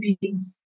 beings